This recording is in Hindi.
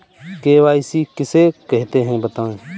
के.वाई.सी किसे कहते हैं बताएँ?